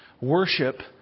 worship